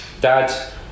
dad